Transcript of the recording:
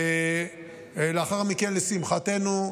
לאחר מכן, לשמחתנו,